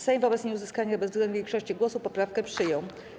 Sejm wobec nieuzyskania bezwzględnej większości głosów poprawkę przyjął.